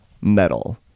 metal